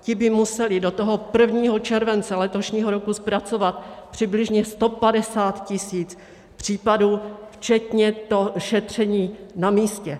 Ti by museli do toho 1. července letošního roku zpracovat přibližně 150 tisíc případů včetně šetření na místě.